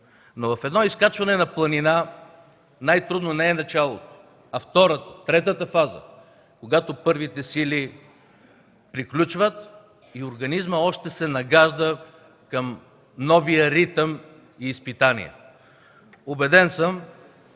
Но в едно изкачване на планина най-трудно не е началото, а втората, третата фаза, когато първите сили приключват и организмът още се нагажда към новия ритъм и изпитание. Убеден съм,